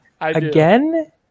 Again